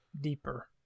deeper